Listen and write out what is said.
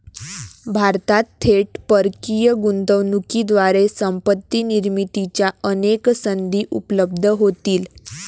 भारतात थेट परकीय गुंतवणुकीद्वारे संपत्ती निर्मितीच्या अनेक संधी उपलब्ध होतील